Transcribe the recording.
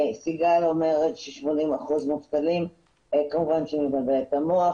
סיגל אומרת ש-80 אחוזים מובטלים וכמובן שהיא מבלבלת את המוח,